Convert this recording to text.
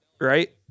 right